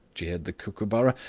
jeered the kookooburra.